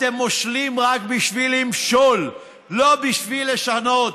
אתם מושלים רק בשביל למשול, לא בשביל לשנות.